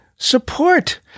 support